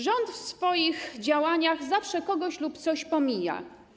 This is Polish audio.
Rząd w swoich działaniach zawsze kogoś lub coś pomija.